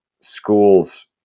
school's